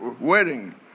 wedding